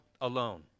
alone